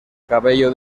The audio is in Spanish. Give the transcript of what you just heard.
cabello